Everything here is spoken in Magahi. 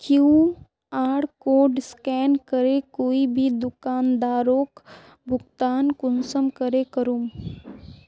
कियु.आर कोड स्कैन करे कोई भी दुकानदारोक भुगतान कुंसम करे करूम?